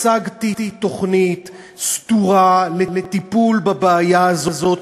הצגתי תוכנית סדורה לטיפול בבעיה הזאת,